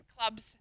clubs